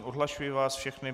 Odhlašuji vás všechny.